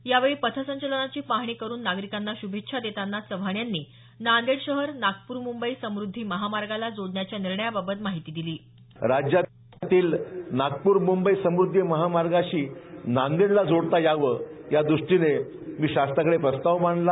यावेळी पथसंचलनाची पाहणी करुन नागरिकांना श्र्भेच्छा देताना चव्हाण यांनी नांदेड शहर नागपूर मुंबई समद्धी महामार्गाला जोडण्याच्या निर्णयाबाबत माहिती दिली राज्यातील नागपूर मुंबई समृद्धी महामार्गाशी नांदेडला जोडता यावं यादृष्टीनं मी शासनाकडे प्रस्ताव मांडला